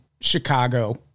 Chicago